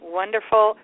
wonderful